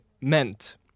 meant